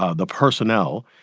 ah the personnel,